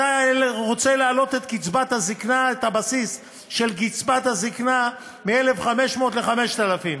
אתה רוצה להעלות את הבסיס של קצבת הזיקנה מ-1,500 ל-5,000,